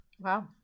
Wow